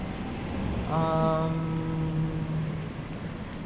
hmm